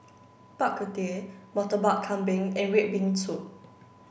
Bak Kut Teh Murtabak Kambing and red bean soup